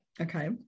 Okay